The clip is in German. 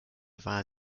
wahl